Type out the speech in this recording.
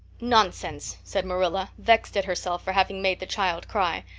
nonsense, said marilla, vexed at herself for having made the child cry.